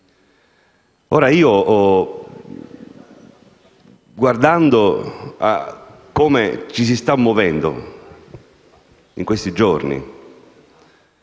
negato. Guardando a come ci si sta muovendo in questi giorni,